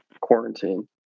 quarantine